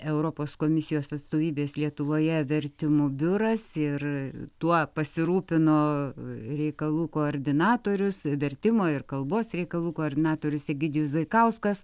europos komisijos atstovybės lietuvoje vertimų biuras ir tuo pasirūpino reikalų koordinatorius vertimo ir kalbos reikalų koordinatorius egidijus zaikauskas